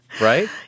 Right